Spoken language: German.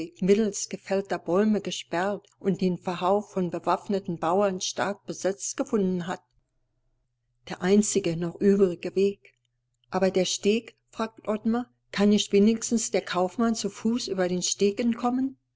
mittels gefällter bäume gesperrt und den verhau von bewaffneten bauern stark besetzt gefunden hat der einzige noch übrige weg aber der steg fragt ottmar kann nicht wenigstens der kaufmann zu fuß über den steg entkommen